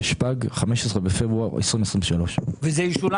התשפ"ג (15 בפברואר 2023). וזה ישולם